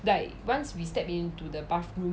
like once we step into the bathroom